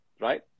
Right